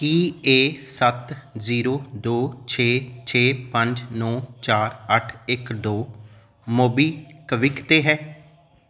ਕੀ ਇਹ ਸੱਤ ਜ਼ੀਰੋ ਦੋ ਛੇ ਛੇ ਪੰਜ ਨੌਂ ਚਾਰ ਅੱਠ ਇੱਕ ਦੋ ਮੋਬੀਕਵਿਕ 'ਤੇ ਹੈ